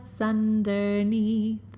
underneath